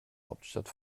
hauptstadt